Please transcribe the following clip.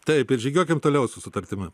taip ir žygiuokim toliau su sutartimi